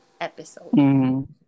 episode